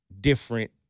different